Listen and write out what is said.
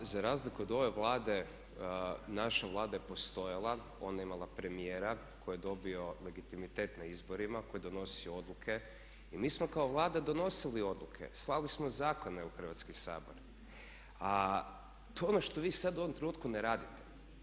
A za razliku od ove Vlade naša Vlada je postojala, ona je imala premijera koji je dobio legitimitet na izborima, koji je donosio odluke i mi smo kao Vlada donosili odluke, slali smo zakone u Hrvatski sabor a to je ono što vi sad u ovome trenutku ne radite.